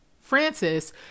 Francis